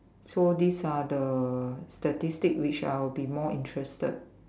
so these are the statistic which I'll be more interested